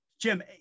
Jim